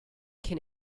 can